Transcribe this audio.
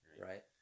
Right